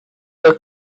the